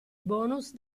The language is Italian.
bonus